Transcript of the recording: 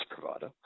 provider